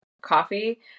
coffee